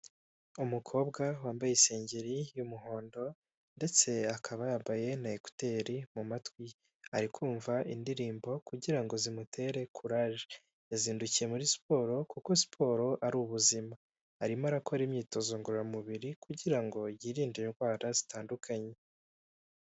Umukobwa wambaye isengeri y'umuhondo ndetse akaba yambaye na ekuteri mu matwi ye ari kumva indirimbo kugira ngo zimutere kuraje, yazindukiye muri siporo kuko siporo ari ubuzima, arimo arakora imyitozo ngororamubiri kugira ngo yirinde indwara zitandukanye.